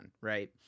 right